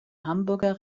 hamburger